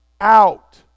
out